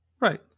Right